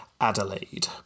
Adelaide